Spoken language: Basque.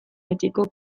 betiko